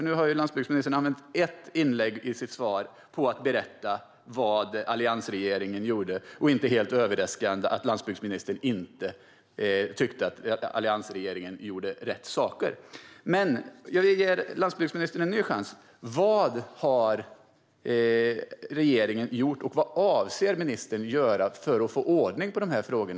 Nu har landsbygdsministern använt ett av sina inlägg till att berätta vad alliansregeringen gjorde, och han tycker - inte helt överraskande - att alliansregeringen inte gjorde rätt saker. Men jag ger landsbygdsministern en ny chans: Vad har regeringen gjort, och vad avser ministern att göra för att få ordning på dessa frågor?